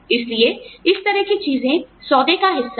इसलिए इस तरह की चीजें सौदे का हिस्सा है